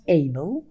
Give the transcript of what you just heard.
able